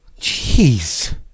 Jeez